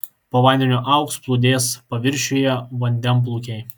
po vandeniu augs plūdės paviršiuje vandenplūkiai